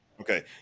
Okay